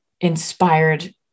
inspired